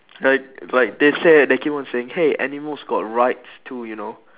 like like they say they keep on saying hey animals got rights too you know